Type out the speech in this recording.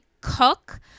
cook